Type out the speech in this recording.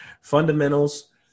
fundamentals